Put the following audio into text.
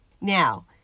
Now